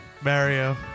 Mario